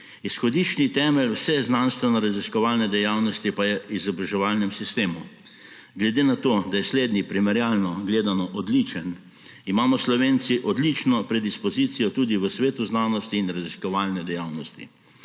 Izhodiščni temelj vse znanstvenoraziskovalne dejavnosti pa je v izobraževalnem sistemu. Glede na to, da je slednji primerjalno gledano odličen, imamo Slovenci odlično predispozicijo tudi v svetu znanosti in raziskovalne dejavnosti.